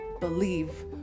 believe